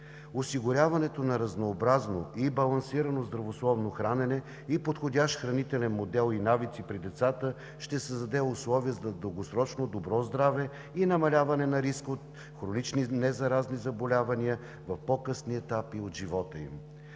Осигуряването на разнообразно и балансирано здравословно хранене и подходящ хранителен модел и навици при децата ще създаде условия за дългосрочно добро здраве и намаляване на риска от хронични незаразни заболявания в по-късни етапи от живота им.